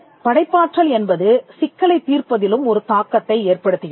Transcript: படைப்பாற்றல் என்பது சிக்கலைத் தீர்ப்பதிலும் ஒரு தாக்கத்தை ஏற்படுத்துகிறது